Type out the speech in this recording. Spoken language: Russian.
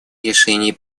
решений